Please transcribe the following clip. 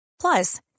Plus